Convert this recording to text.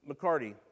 McCarty